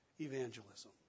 evangelism